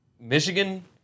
Michigan